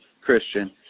Christian